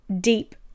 deep